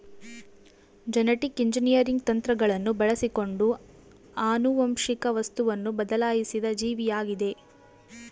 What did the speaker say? genetic engineering ತಂತ್ರಗಳನ್ನು ಬಳಸಿಕೊಂಡು ಆನುವಂಶಿಕ ವಸ್ತುವನ್ನು ಬದಲಾಯಿಸಿದ ಜೀವಿಯಾಗಿದ